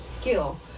skill